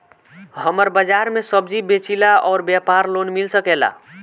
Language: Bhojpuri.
हमर बाजार मे सब्जी बेचिला और व्यापार लोन मिल सकेला?